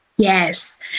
Yes